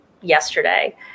yesterday